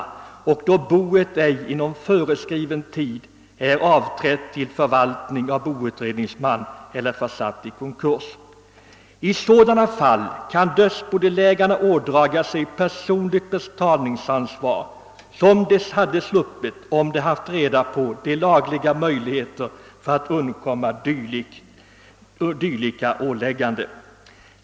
Detta gäller när boet ej inom föreskriven tid har avträtts till förvaltning av boutredningsman eller försatts i konkurs. I sådana fall kan dödsbodelägarna ådraga sig personligt betalningsansvar, som de hade kunnat undvika om de hade känt till de lagliga möjligheterna att slippa dylika ålägganden.